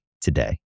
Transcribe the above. today